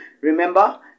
Remember